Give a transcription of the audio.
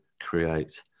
create